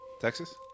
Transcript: Texas